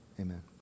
Amen